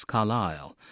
Carlyle